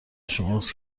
شماست